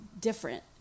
different